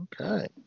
Okay